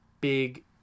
big